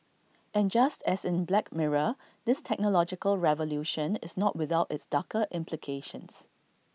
and just as in black mirror this technological revolution is not without its darker implications